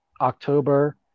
October